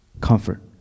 comfort